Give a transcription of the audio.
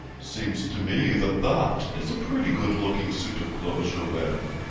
seems to me that that is a pretty good-looking suit of clothes you're wearing,